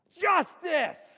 justice